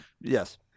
Yes